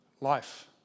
life